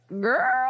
girl